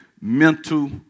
mental